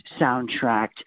soundtrack